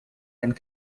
and